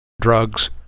drugs